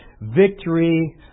victory